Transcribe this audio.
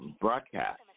broadcast